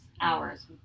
hours